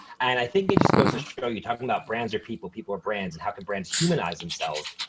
and i think it just goes to show you talking about brands are people, people are brands. and how can brands humanize themselves,